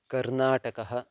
कर्नाटकः